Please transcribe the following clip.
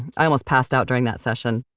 i almost passed out during that session